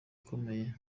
akomeye